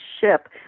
ship